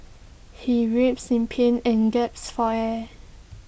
he writhed in pain and gaps for air